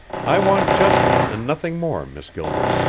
i want justice and nothing more, miss gilbert.